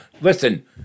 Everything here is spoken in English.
Listen